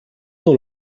dans